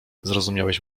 zrozumiałeś